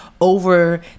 over